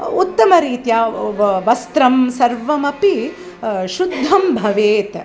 उत्तमरीत्या व वस्त्रं सर्वमपि शुद्धं भवेत्